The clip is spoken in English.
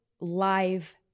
live